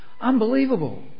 Unbelievable